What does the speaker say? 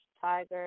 Tiger